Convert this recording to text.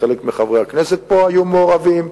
וחלק מחברי הכנסת פה היו מעורבים,